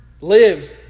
live